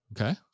Okay